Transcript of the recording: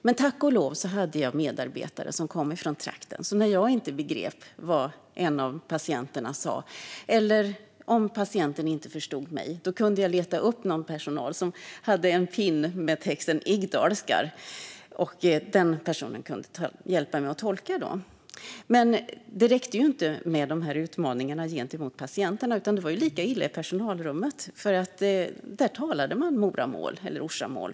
Men tack och lov hade jag medarbetare från den trakten, så när jag inte begrep vad en patient sa eller om patienten inte förstod mig kunde jag leta upp någon i personalen som hade en pin med texten "Ig dalskar" som kunde tolka. Det räckte dock inte med denna utmaning, utan det var lika illa i personalrummet. Där talades Mora eller Orsamål.